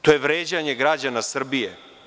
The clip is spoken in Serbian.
To je vređanje građana Srbije.